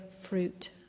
fruit